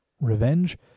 Revenge